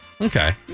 Okay